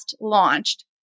launched